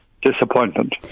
Disappointment